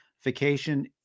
vacation